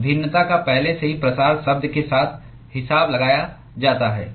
उस भिन्नता का पहले से ही प्रसार शब्द के साथ हिसाब लगाया जाता है